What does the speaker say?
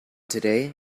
today